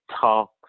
talk